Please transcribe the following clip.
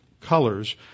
colors